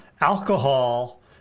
alcohol